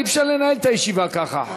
אי-אפשר לנהל את הישיבה ככה,